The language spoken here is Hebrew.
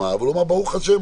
אבל הוא אמר: ברוך השם,